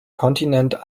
kontinent